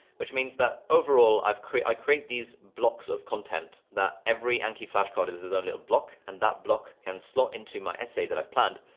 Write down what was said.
which means that overall i've create i've create these blocks of content that every anki flashcard is is his own little block and that block can slot into my essay that i've planned.